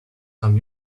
some